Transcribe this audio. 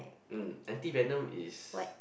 mm anti venom is